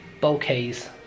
bouquets